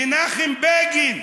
מנחם בגין,